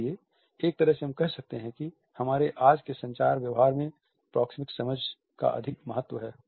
इसलिए एक तरह से हम कह सकते हैं कि हमारे आज के संचार व्यवहार में प्रोक्सेमिक समझ का अधिक महत्व है